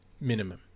minimum